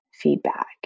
feedback